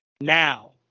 now